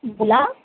बोला